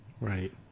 Right